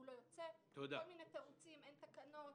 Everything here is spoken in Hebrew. לא יוצא בשל כל מיני תירוצים: אין תקנות,